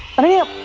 what are you